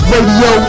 Radio